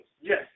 Yes